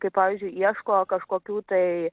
kaip pavyzdžiui ieško kažkokių tai